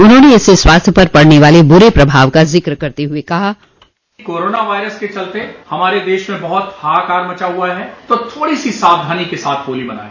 उन्होंने इससे स्वास्थ्य पर पड़ने वाले बुरे प्रभाव का जिक करते हुए कहा कोरोना वायरस के चलते हमारे देश में बहुत हाहाकार मचा हुआ है तो थोड़ी सी सावधानी के साथ होली मनाये